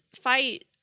fight